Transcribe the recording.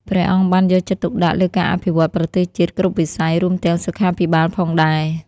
ព្រះអង្គបានយកចិត្តទុកដាក់លើការអភិវឌ្ឍប្រទេសជាតិគ្រប់វិស័យ រួមទាំងសុខាភិបាលផងដែរ។